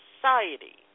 society